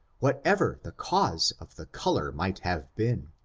what ever the cause of the color might have been,